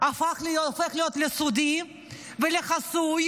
הופך להיות לסודי ולחסוי